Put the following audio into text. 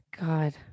god